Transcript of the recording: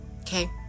Okay